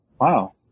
wow